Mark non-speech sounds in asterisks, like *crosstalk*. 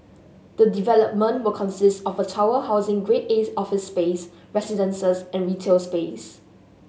the development will consist of a tower housing Grade A *unintelligible* office space residences and retail space